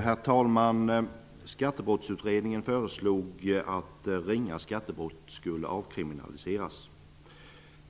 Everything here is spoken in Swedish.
Herr talman! Skattebrottsutredningen föreslog att ringa skattebrott skulle avkriminaliseras.